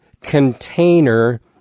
container